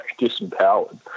disempowered